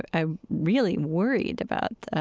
i really worried about